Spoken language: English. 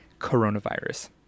coronavirus